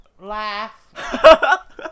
Laugh